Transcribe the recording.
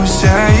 say